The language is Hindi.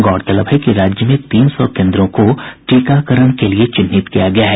गौरतलब है कि राज्य में तीन सौ केन्द्रों को टीकाकरण के लिए चिन्हित किया गया है